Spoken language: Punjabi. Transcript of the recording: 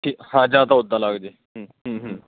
ਠੀਕ ਹਾਂ ਜਾਂ ਤਾਂ ਉੱਦਾਂ ਲੱਗ ਜੇ ਹਮ ਹਮ ਹਮ